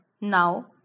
Now